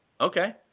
okay